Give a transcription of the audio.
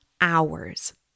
hours